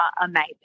amazing